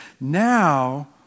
now